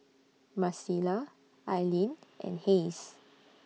Marcela Aileen and Hays